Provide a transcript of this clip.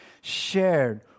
shared